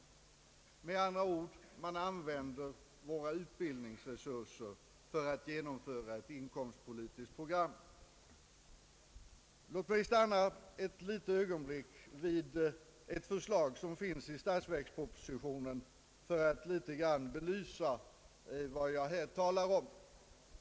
Man använder med andra ord utbildningsresurserna för att genomföra ett inkomstpolitiskt program. Låt mig ett ögonblick stanna vid ett förslag i statsverkspropositionen för att något belysa vad jag här talar om.